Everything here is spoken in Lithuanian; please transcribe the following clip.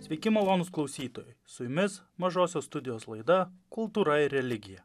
sveiki malonūs klausytojai su jumis mažosios studijos laida kultūra ir religija